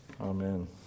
Amen